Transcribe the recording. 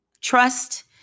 Trust